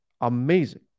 amazing